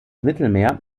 mittelmeer